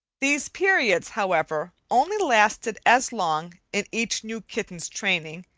these periods, however, only lasted as long, in each new kitten's training,